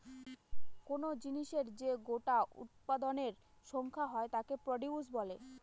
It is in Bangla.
কোন জিনিসের যে গোটা উৎপাদনের সংখ্যা হয় তাকে প্রডিউস বলে